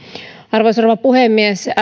arvoisa rouva puhemies